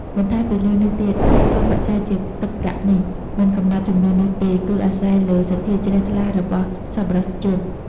បន្ថែមពីលើនេះទៀត ការចូលបច្ច័យជាទឹកប្រាក់នេះ មិនកំណត់ចំនួននោះទេ គឺអាស្រ័យលើសទ្ធាជ្រះថ្លារបស់សប្បុរសជន។